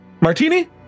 Martini